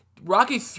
Rocky